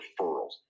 referrals